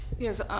Yes